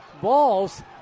Balls